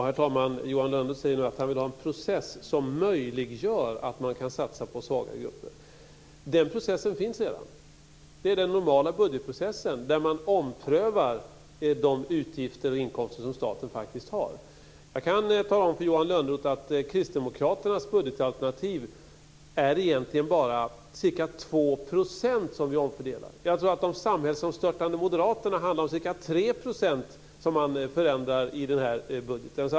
Herr talman! Johan Lönnroth säger nu att han vill ha en process som möjliggör att man kan satsa på svaga grupper. Den processen finns redan. Det är den normala budgetprocessen, där man omprövar de utgifter och inkomster som staten har. Jag kan tala om för Johan Lönnroth att det i Kristdemokraternas budgetalternativ egentligen bara är ca 2 % som vi omfördelar. Jag tror att det för de samhällsomstörtande moderaterna handlar om att de förändrar ca 3 % i den här budgeten.